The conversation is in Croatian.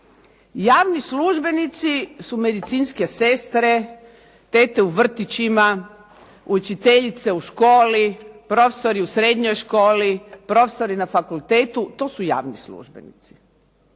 Javni službenici su medicinske sestre, tete u vrtićima, učiteljice u školi, profesori u srednjoj školi, profesori na fakultetu. To su javni službenici.